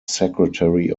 secretary